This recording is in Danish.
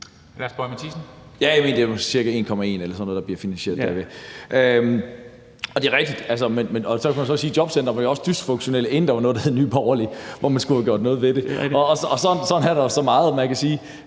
(NB): Jeg mener, at det cirka er 1,1 mia. kr. eller sådan noget, der bliver finansieret derved. Og det er rigtigt, men så kan man jo sige, at jobcenteret også var dysfunktionelt, inden der var noget, der hed Nye Borgerlige, og hvor man skulle have gjort noget ved det, og sådan er der så meget. Man kan også